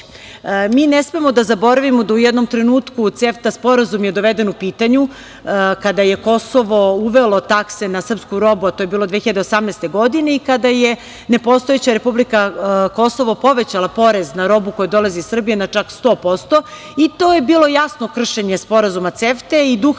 ne smemo da zaboravimo da u jednom trenutku CEFTA Sporazum je doveden u pitanju kada je Kosovo uvelo takse na srpsku robu, a to je bilo 2018. godine, i kada je nepostojeća republika Kosovo povećala porez na robu koja dolazi iz Srbije na čak 100%.To je bilo jasno kršenje Sporazuma CEFTA i duha